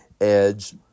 Edge